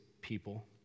people